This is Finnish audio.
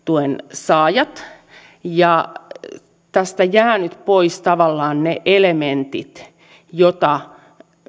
saajat ja tästä jäävät nyt pois tavallaan ne elementit joita